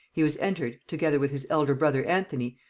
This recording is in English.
he was entered, together with his elder brother anthony,